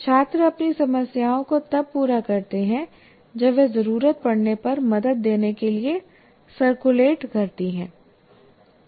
छात्र अपनी समस्याओं को तब पूरा करते हैं जब वह जरूरत पड़ने पर मदद देने के लिए सर्कुलेट करती हैं